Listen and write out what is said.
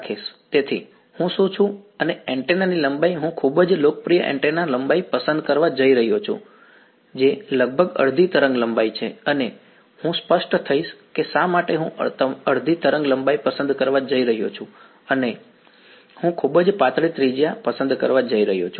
તેથી હું શું છું અને એન્ટેના ની લંબાઈ હું ખૂબ જ લોકપ્રિય એન્ટેના લંબાઈ પસંદ કરવા જઈ રહ્યો છું જે લગભગ અડધી તરંગલંબાઇ છે અને હું સ્પષ્ટ થઈશ કે શા માટે હું અડધી તરંગલંબાઇ પસંદ કરવા જઈ રહ્યો છું અને હું ખૂબ જ પાતળી ત્રિજ્યા પસંદ કરવા જઈ રહ્યો છું